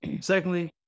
Secondly